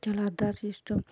चला दा सिस्टम